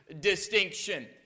Distinction